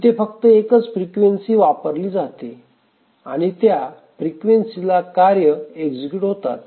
इथे फक्त एकच फ्रिक्वेन्सी वापरली जाते आणि त्या फ्रिक्वेन्सी ला कार्य एक्झिक्युट होतात